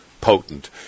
potent